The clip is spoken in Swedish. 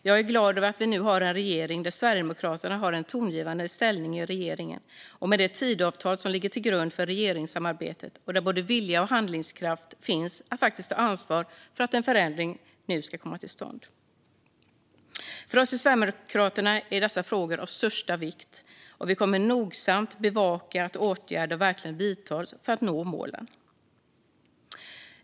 Jag är glad över att vi nu har en regering där Sverigedemokraterna har en tongivande ställning i regeringen. Med det Tidöavtal som ligger till grund för regeringssamarbetet finns både vilja och handlingskraft att faktiskt ta ansvar för att en förändring nu ska komma till stånd. För oss i Sverigedemokraterna är dessa frågor av största vikt. Vi kommer nogsamt att bevaka att åtgärder verkligen vidtas för att nå målen.